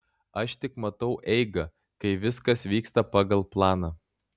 aš tik matau eigą kai viskas vyksta pagal planą